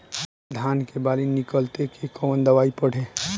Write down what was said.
धान के बाली निकलते के कवन दवाई पढ़े?